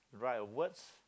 write a words